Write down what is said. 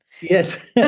yes